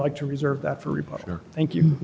like to reserve that for reporter thank you